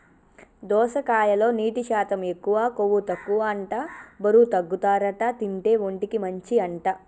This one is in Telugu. దోసకాయలో నీటి శాతం ఎక్కువ, కొవ్వు తక్కువ అంట బరువు తగ్గుతారట తింటే, ఒంటికి మంచి అంట